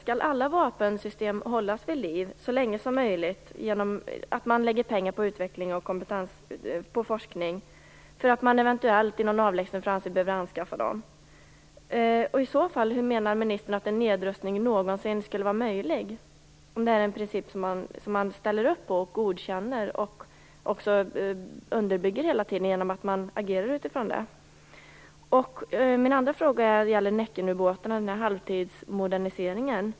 Skall alla vapensystem hållas vid liv så länge som möjligt genom att man lägger pengar på utveckling och forskning, därför att man eventuellt i någon avlägsen framtid behöver anskaffa dem? Hur menar försvarsministern i så fall att en nedrustning någonsin skulle vara möjlig, om det här är en princip som man ställer upp på, godkänner och underbygger hela tiden genom att man agerar utifrån det?